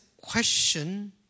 question